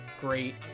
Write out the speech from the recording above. great